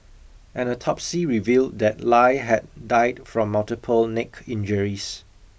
an autopsy revealed that Lie had died from multiple neck injuries